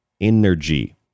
energy